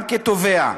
גם כתובע,